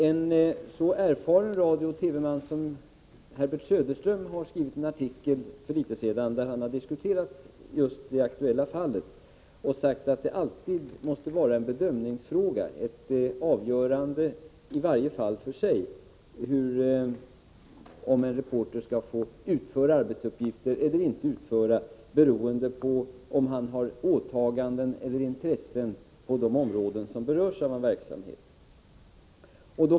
En så erfaren radiooch TV-man som Herbert Söderström skrev för litet sedan en artikel där han diskuterade just det aktuella fallet och sade att det alltid måste vara en bedömningsfråga, ett avgörande i vart fall för sig, om en reporter skall få utföra arbetsuppgifter eller inte, beroende på om han har åtaganden eller intressen på områden som berörs av den verksamhet arbetsuppgiften gäller.